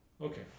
Okay